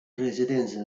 residenza